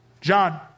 John